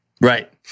Right